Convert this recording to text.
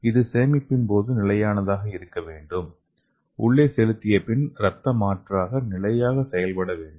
இது சேமிப்பின் போது நிலையானதாக இருக்க வேண்டும் உள்ளே செலுத்திய பின் ரத்த மாற்றாக நிலையாக செயல்பட வேண்டும்